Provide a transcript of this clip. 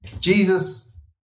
Jesus